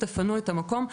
תפנו את המקום.